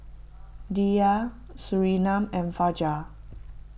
Dhia Surinam and Fajar